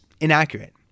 inaccurate